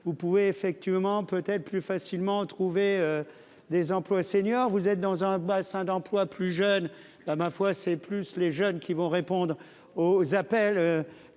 Vous pouvez effectivement. Plus facilement trouver. Des emplois seniors. Vous êtes dans un bassin d'emploi plus jeune là ma foi c'est plus les jeunes qui vont répondre aux appels